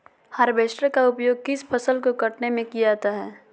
Harvester का उपयोग किस फसल को कटने में किया जाता है?